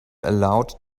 allowed